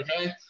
okay